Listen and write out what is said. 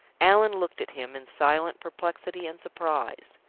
allan looked at him, in silent perplexity and surprise.